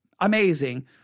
amazing